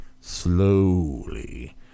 slowly